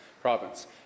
province